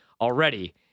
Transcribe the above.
already